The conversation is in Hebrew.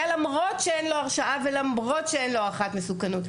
למרות שאין לו הרשעה ולמרות שאין לו הערכת מסוכנות,